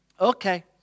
Okay